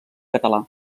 català